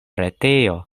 retejo